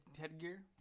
Headgear